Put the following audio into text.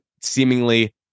seemingly